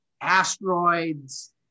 asteroids